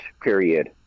period